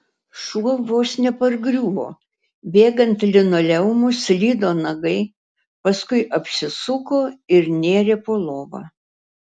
šuo vos nepargriuvo bėgant linoleumu slydo nagai paskui apsisuko ir nėrė po lova